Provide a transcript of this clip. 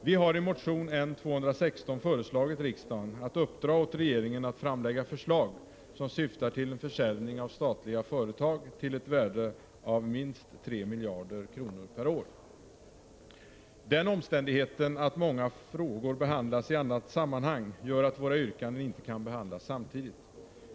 Vi har i motion N216 föreslagit riksdagen att uppdra åt regeringen att framlägga förslag som syftar till en försäljning av statliga företag — till ett värde av minst 3 miljarder kronor per år. Den omständigheten att många frågor behandlas i annat sammanhang gör att våra yrkanden inte kan behandlas samtidigt.